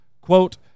Quote